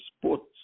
sports